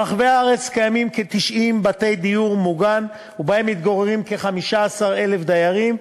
ברחבי הארץ קיימים כ-90 בתי דיור מוגן ומתגוררים בהם כ-15,000 דיירים,